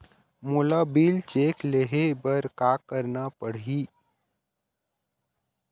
मोला bill check ले हे बर का करना पड़ही ही?